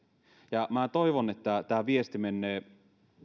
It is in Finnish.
minä toivon että tämä viesti menee